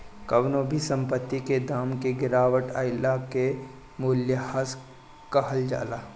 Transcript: कवनो भी संपत्ति के दाम में गिरावट आइला के मूल्यह्रास कहल जाला